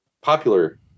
popular